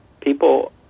People